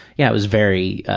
yeah it was very